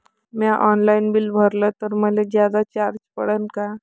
म्या online bill भरलं तर मले जादा चार्ज पडन का?